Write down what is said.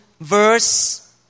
verse